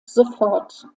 sofort